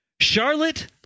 Charlotte